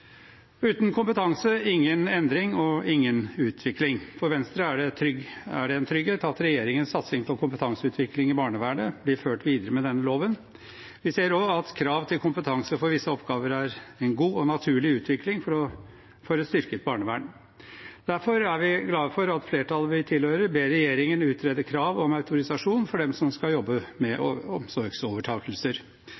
Uten kompetanse – ingen endring og ingen utvikling. For Venstre er det en trygghet at regjeringens satsing på kompetanseutvikling i barnevernet blir ført videre med denne loven. Vi ser også at krav til kompetanse for visse oppgaver er en god og naturlig utvikling for et styrket barnevern. Derfor er vi glad for at flertallet vi tilhører, ber regjeringen utrede krav om autorisasjon for dem som skal jobbe med